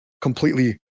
completely